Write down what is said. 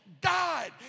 died